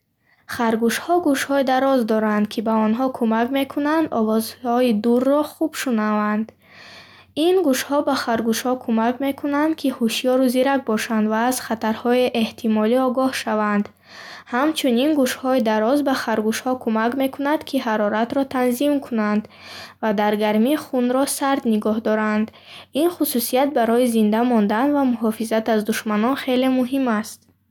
Харгушҳо гӯшҳои дароз доранд, ки ба онҳо кӯмак мекунанд, овозҳои дурро хуб шунаванд. Ин гӯшҳо ба харгушҳо кӯмак мекунанд, ки ҳушёру зирак бошанд ва аз хатарҳои эҳтимолӣ огоҳ шаванд. Ҳамчунин, гӯшҳои дароз ба харгушҳо кӯмак мекунанд, ки ҳароратро танзим кунанд ва дар гармӣ хунро сард нигоҳ доранд. Ин хусусият барои зинда мондан ва муҳофизат аз душманон хеле муҳим аст.